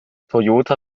toyota